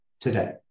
today